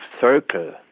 circle